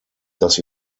dass